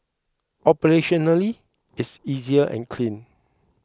operationally it's easy and clean